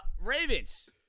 Ravens